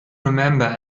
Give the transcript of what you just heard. remember